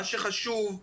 מה שחשוב זה